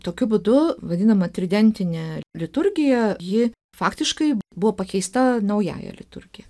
tokiu būdu vadinamą tridentinę liturgiją ji faktiškai buvo pakeista naująja liturgija